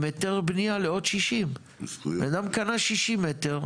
היתר בניה עוד 60. בן אדם קנה 60 מטר,